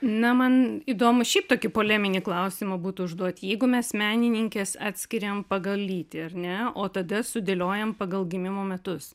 na man įdomu šiaip tokį poleminį klausimą būtų užduot jeigu mes menininkes atskiriam pagal lytį ar ne o tada sudėliojam pagal gimimo metus